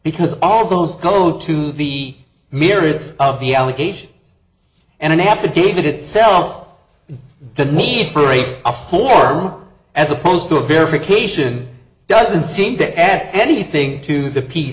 because all those go to the merits of the allegation and an affidavit itself the need for a a form as opposed to a verification doesn't seem to add anything to the p